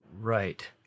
Right